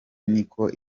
niko